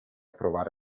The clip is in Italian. provare